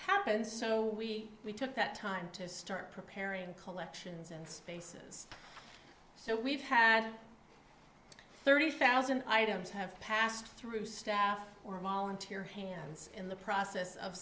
happen so we took that time to start preparing collections and spaces so we've had thirty thousand items have passed through staff volunteer hands in the process of